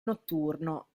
notturno